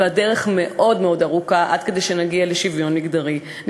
ועד שנגיע לשוויון מגדרי הדרך מאוד מאוד ארוכה.